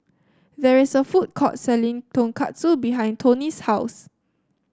there is a food court selling Tonkatsu behind Tony's house